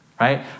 right